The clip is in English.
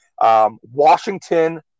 Washington